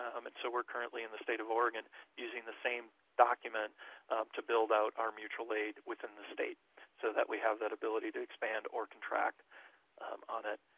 um and so we're currently in the state of oregon using the same document to build out our mutual aid within the state so that we have that ability to expand or contract on it.